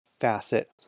facet